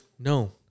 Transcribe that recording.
no